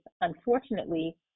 unfortunately